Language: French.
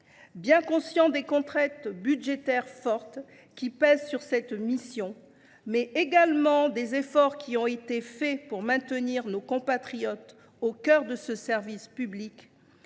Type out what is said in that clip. Bien conscient des contraintes budgétaires fortes qui pèsent sur cette mission, mais également des efforts qui ont été accomplis pour maintenir nos compatriotes au cœur de ce service public,